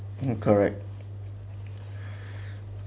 mm correct